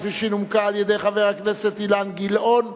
כפי שנומקה על-ידי חבר הכנסת אילן גילאון,